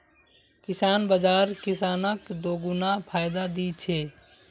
किसान बाज़ार किसानक दोगुना फायदा दी छे